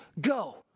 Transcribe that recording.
go